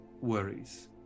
worries